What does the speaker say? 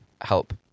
help